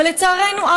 אבל לצערנו,